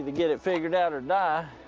get it figured out or die.